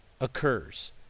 occurs